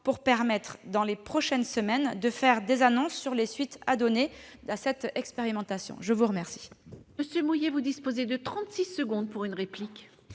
-pour permettre, dans les prochaines semaines, de faire des annonces sur les suites à donner à cette expérimentation. La parole